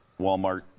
Walmart